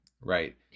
Right